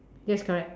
yes correct